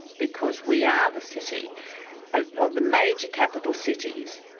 because we are the city ah of the major capital cities,